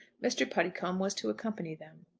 mr. puddicombe was to accompany them.